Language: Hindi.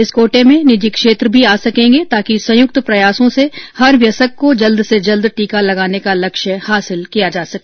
इस कोटे में निजी क्षेत्र भी आ सकेंगे ताकि संयुक्त प्रयासों से हर वयस्क को जल्द से जल्द टीका लगाने का लक्ष्य हांसिल किया जा सके